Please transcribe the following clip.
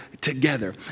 together